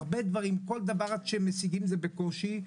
כל דבר שמצליחים להשיג זה בקושי,